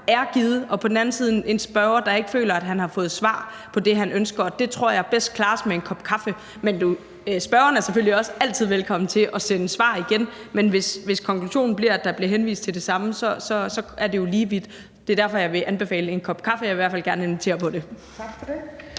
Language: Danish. er givet, og på den anden side står der en spørger, der ikke føler, at han har fået svar på det, han ønsker at få svar på, og det tror jeg bedst klares med en kop kaffe. Spørgeren er selvfølgelig altid velkommen til at sende spørgsmålene igen, men hvis konklusionen bliver, at der bliver henvist til det samme, er vi jo lige vidt, og det er derfor, at jeg vil anbefale en kop kaffe – jeg vil i hvert fald gerne invitere på det.